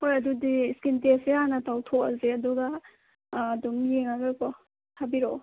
ꯍꯣꯏ ꯑꯗꯨꯗꯤ ꯁ꯭ꯀꯤꯟ ꯇꯦꯁꯁꯦ ꯍꯥꯟꯅ ꯇꯧꯊꯣꯛꯑꯁꯦ ꯑꯗꯨꯒ ꯑꯗꯨꯝ ꯌꯦꯡꯉꯒ ꯀꯣ ꯊꯥꯕꯤꯔꯛꯑꯣ